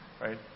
right